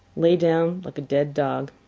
lay down like a dead dog.